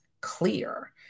clear